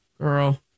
Girl